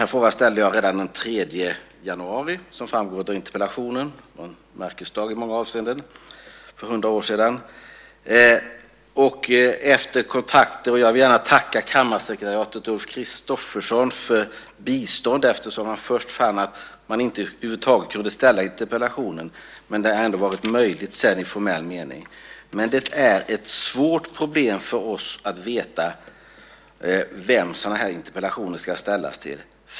Jag ställde frågan redan den 3 januari, som framgår av interpellationen. Det var i många avseenden en bemärkelsedag för hundra år sedan. Jag vill gärna tacka kammarkansliet och Ulf Christoffersson för bistånd. Först fann man att interpellationen över huvud taget inte kunde ställas, men sedan blev det ändå möjligt i formell mening. Men det är ett svårt problem för oss att veta vem sådana interpellationer ska ställas till.